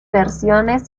versiones